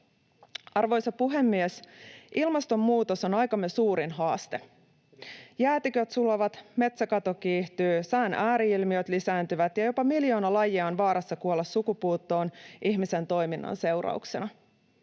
Arvoisa puhemies! Ilmastonmuutos on aikamme suurin haaste. Jäätiköt sulavat, metsäkato kiihtyy, sään ääri-ilmiöt lisääntyvät ja jopa miljoona lajia on vaarassa kuolla sukupuuttoon ihmisen toiminnan seurauksena.